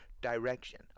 direction